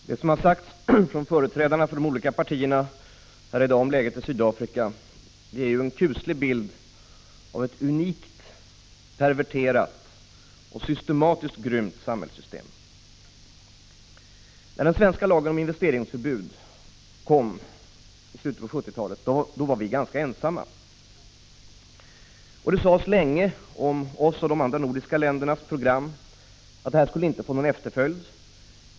Herr talman! Det som har sagts här i dag av företrädarna för de olika partierna om läget i Sydafrika ger en kuslig bild av ett unikt, perverterat och systematiskt grymt samhällssystem. När den svenska lagen om investeringsförbud kom i slutet av 1970-talet var vi ganska ensamma. Det sades länge om vårt och de andra nordiska ländernas program att de inte skulle få någon efterföljd.